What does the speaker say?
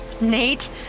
Nate